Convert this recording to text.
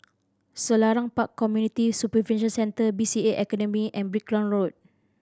Selarang Park Community Supervision Center B C A Academy and Brickland Road